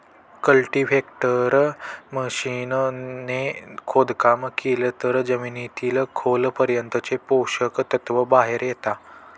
cultivator machine ने खोदकाम केलं तर जमिनीतील खोल पर्यंतचे पोषक तत्व बाहेर येता